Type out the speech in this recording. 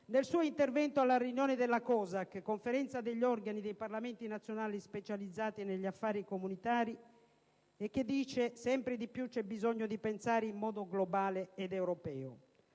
nel suo intervento alla riunione della COSAC (Conferenza degli organi dei Parlamenti nazionali specializzati negli affari comunitari) in cui ha affermato che sempre di più c'è bisogno di pensare in modo globale ed europeo.